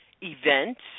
events